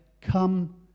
come